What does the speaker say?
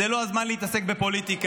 זה לא הזמן להתעסק בפוליטיקה,